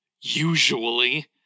Usually